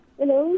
Hello